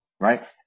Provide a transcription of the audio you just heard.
Right